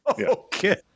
okay